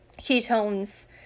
ketones